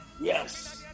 yes